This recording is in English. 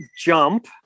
Jump